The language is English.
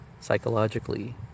psychologically